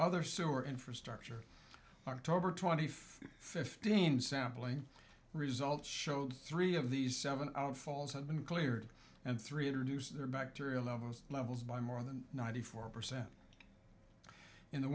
other sewer infrastructure october twenty fifth fifteen sampling results showed three of these seven out falls have been cleared and three introduce their bacteria levels levels by more than ninety four percent in the